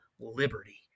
liberty